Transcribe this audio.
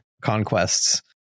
conquests